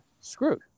screwed